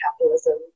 capitalism